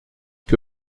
que